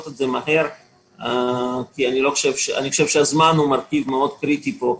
את זה מהר כי אני חושב שהזמן הוא מרכיב מאוד קריטי פה,